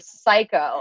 psycho